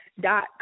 dot